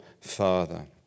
father